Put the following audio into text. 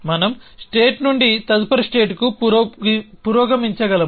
మనం స్టేట్ నుండి తదుపరి స్టేట్ కి పురోగమించగలము